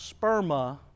sperma